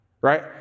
right